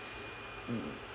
mm